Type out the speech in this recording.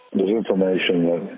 information